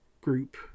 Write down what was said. group